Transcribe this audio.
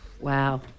Wow